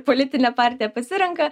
politinę partiją pasirenka